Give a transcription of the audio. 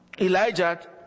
Elijah